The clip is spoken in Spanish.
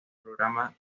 programa